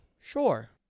Sure